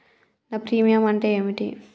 నా ప్రీమియం అంటే ఏమిటి?